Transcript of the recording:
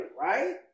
right